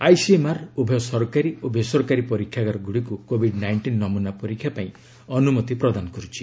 ICMR ଉଭୟ ସରକାରୀ ଓ ବେସରକାରୀ ପରୀକ୍ଷାଗାରଗୁଡ଼ିକୁ କୋଭିଡ୍ ନାଇଷ୍ଟିନ୍ ନମୁନା ପରୀକ୍ଷା ପାଇଁ ଅନୁମତି ପ୍ରଦାନ କରୁଛି